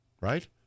right